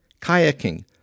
kayaking